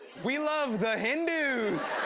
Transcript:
we love the hindus.